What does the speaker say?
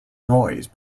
noise